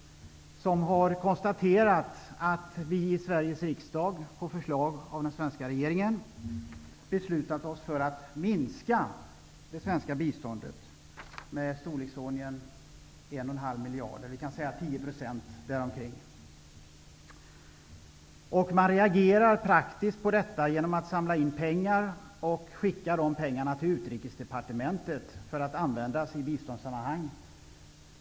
Man har konstaterat att vi i Sveriges riksdag på förslag av den svenska regeringen har beslutat oss för att minska det svenska biståndet i storleksordningen 1,5 miljard, dvs. ungefär 10 %. Man reagerar praktiskt genom att samla in pengar. Pengarna skickas till Utrikesdepartementet för att användas i biståndssammanhang.